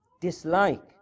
dislike